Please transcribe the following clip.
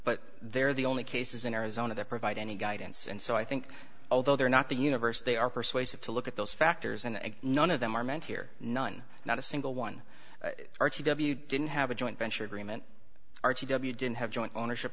but they're the only cases in arizona that provide any guidance and so i think although they're not the universe they are persuasive to look at those factors and none of them are meant here none not a single one didn't have a joint venture agreement r t w didn't have joint ownership